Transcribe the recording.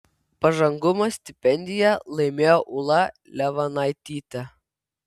pažangumo stipendiją laimėjo ūla levanaitytė